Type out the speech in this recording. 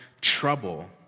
trouble